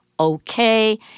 Okay